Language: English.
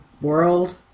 World